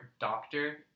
doctor